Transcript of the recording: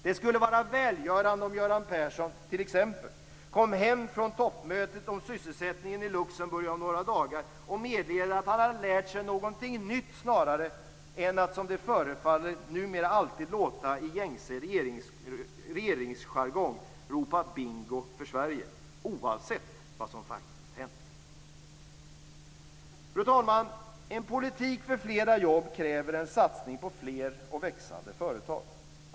Det skulle vara välgörande om Göran Persson t.ex. om några dagar kom hem från toppmötet i Luxemburg om sysselsättningen och meddelade att han hade lärt sig någonting nytt snarare än att, som numera förefaller vara gängse regeringsjargong, ropa "bingo för Sverige" oavsett vad som faktiskt hänt. Fru talman! En politik för fler jobb kräver en satsning på fler och växande företag.